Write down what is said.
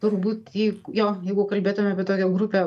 turbūt jeig jo jeigu kalbėtume apie tokią grupę